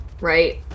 Right